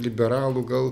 liberalų gal